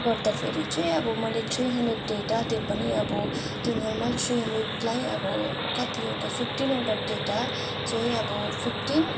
गर्दा फेरि चाहिँ अब मैले थ्री हन्ड्रेड डेटा त्यो पनि अब त्यो नर्मल थ्री हन्ड्रेडलाई अब कतिवटा फिप्टिनवटा डेटा चाहिँ अब फिप्टिन